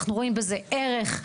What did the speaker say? אנחנו רואים בזה ערך.